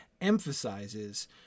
emphasizes